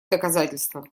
доказательство